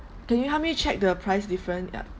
can you help me check the price different yup